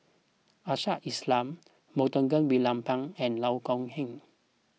Ashley Isham Montague William Pett and Loh Kok Heng